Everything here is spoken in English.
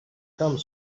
come